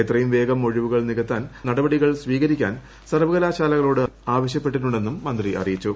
എത്രയും വേഗം ഒഴിവുകൾ നികത്താൻ നടപടികൾ സ്വീകരിക്കാൻ സർവകലാശാലകളോട് ആവശ്യപ്പെട്ടിട്ടുണ്ടെന്നും മന്ത്രി അറിയിച്ചു